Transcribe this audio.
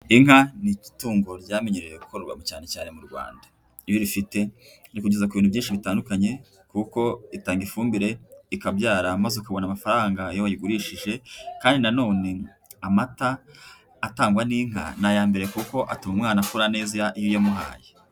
Inka ni itungo ryamenyereye kororerwa cyane cyane mu Rwanda. Iyo urifite rikugeza ku bintu byinshi bitandukanye kuko itanga ifumbire, ikabyara maze ukabona amafaranga iyo wayigurishije, kandi nanone amata atangwa n'inka ni aya mbere kuko atuma umwana akura neza iyo wayamuhaye.